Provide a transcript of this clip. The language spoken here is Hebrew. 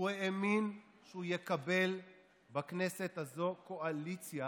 הוא האמין שהוא יקבל בכנסת הזו קואליציה